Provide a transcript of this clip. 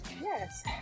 Yes